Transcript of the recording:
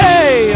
Hey